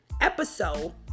episode